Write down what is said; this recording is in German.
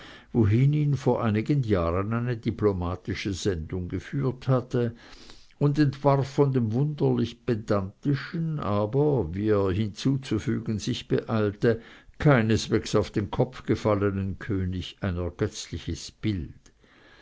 wohin ihn vor einigen jahren eine diplomatische sendung geführt hatte und entwarf von dem wunderlich pedantischen aber wie er hinzuzufügen sich beeilte keineswegs auf den kopf gefallenen könig ein ergötzliches bild